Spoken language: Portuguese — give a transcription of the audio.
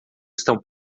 estão